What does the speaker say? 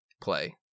play